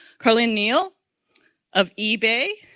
karyln neel of ebay